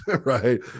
right